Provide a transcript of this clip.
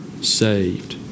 saved